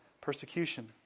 persecution